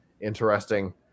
interesting